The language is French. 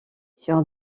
sur